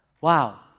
Wow